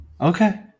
Okay